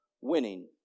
Winning